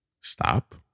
stop